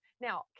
now